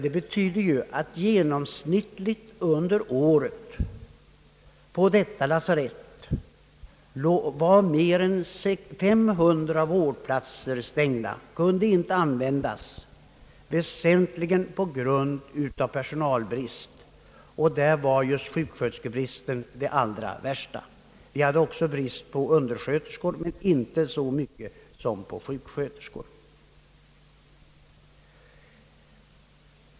Det betyder att genomsnittligt under år 1965 på detta lasarett mer än 500 platser varit stängda och inte kunnat användas, väsentligen till följd av personalbrist. Just sjuksköterskebristen var allra värst. Vi hade också brist på undersköterskor men inte i samma utsträckning som på sjuksköterskor.